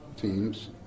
teams